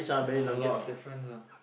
a lot of difference ah